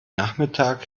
nachmittag